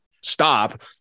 stop